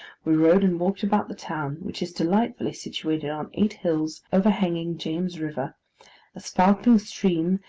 we rode and walked about the town, which is delightfully situated on eight hills, overhanging james river a sparkling stream,